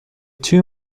two